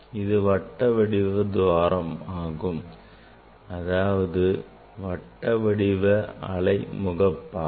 இது வட்ட வடிவத் துவாரமாகும் அதாவது வட்ட வடிவ அலை முகப்பாகும்